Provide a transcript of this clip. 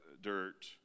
dirt